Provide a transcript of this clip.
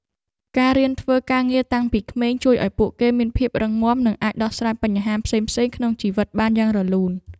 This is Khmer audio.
ការរៀនធ្វើការងារតាំងពីក្មេងជួយឱ្យពួកគេមានភាពរឹងមាំនិងអាចដោះស្រាយបញ្ហាផ្សេងៗក្នុងជីវិតបានយ៉ាងរលូន។